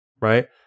right